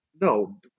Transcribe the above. no